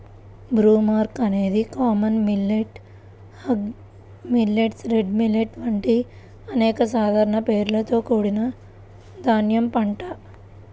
broomcorn అనేది common millet, hog millet, red millet వంటి అనేక సాధారణ పేర్లతో కూడిన ధాన్యం పంట